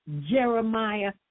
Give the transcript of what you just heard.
Jeremiah